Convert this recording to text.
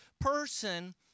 person